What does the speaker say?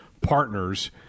partners